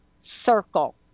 circle